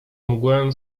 mgłę